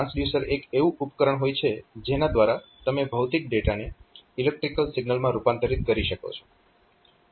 transducer એક એવું ઉપકરણ હોય છે જેના દ્વારા તમે ભૌતિક ડેટાને ઈલેક્ટ્રીકલ સિગ્નલમાં રૂપાંતરીત કરી શકો છો